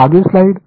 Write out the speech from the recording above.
मागील स्लाइड